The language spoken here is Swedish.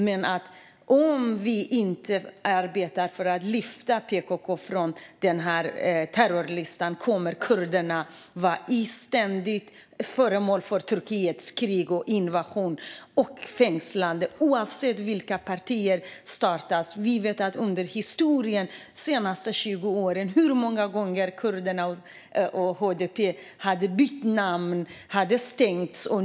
Men om vi inte arbetar för att lyfta PKK från terrorlistan kommer kurderna ständigt att vara föremål för Turkiets krig, invasion och fängslanden oavsett vilka partier som startas. Vi har sett genom historien de senaste 20 åren hur många gånger kurderna och HDP har bytt namn och stängts.